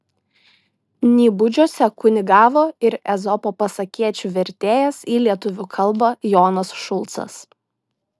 nybudžiuose kunigavo ir ezopo pasakėčių vertėjas į lietuvių kalbą jonas šulcas